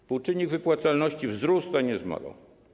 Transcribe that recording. Współczynnik wypłacalności wzrósł, nie zmalał.